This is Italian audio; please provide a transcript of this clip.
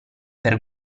per